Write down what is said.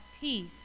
peace